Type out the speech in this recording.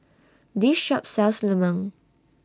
This Shop sells Lemang